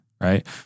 right